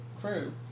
crew